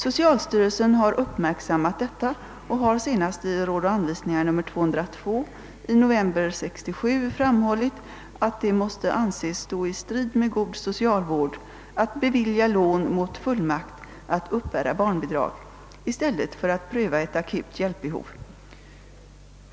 Socialstyrelsen har uppmärksammat detta och har senast i Råd och anvisningar nr 202 i november 1967 framhållit att det måste anses stå i strid med god socialvård att bevilja lån mot fullmakt att uppbära barnbidrag i stället för att pröva ett akut hjälpbehov.